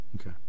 Okay